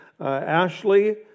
Ashley